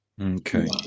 Okay